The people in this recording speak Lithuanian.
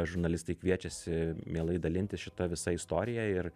žurnalistai kviečiasi mielai dalintis šita visa istorija ir